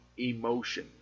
emotion